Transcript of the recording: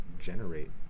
generate